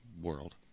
world